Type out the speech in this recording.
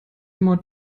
mod